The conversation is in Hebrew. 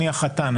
אני החתן,